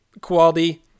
quality